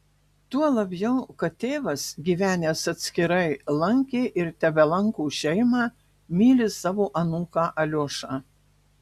tuo labiau kad tėvas gyvenęs atskirai lankė ir tebelanko šeimą myli savo anūką aliošą